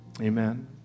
Amen